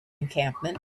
encampment